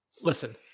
Listen